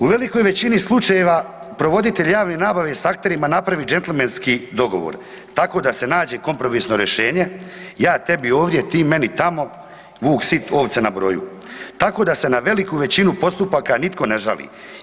U velikoj većini slučajeva, provoditelji javne nabave s akterima naprave đentlmenski dogovor, tako da se nađe kompromisno rješenje, „ja tebi ovdje, ti meni tamo“, „vuk sit, ovce na broju“, tako da se na veliku većinu postupaka nitko ne žali.